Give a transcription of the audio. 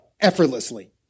effortlessly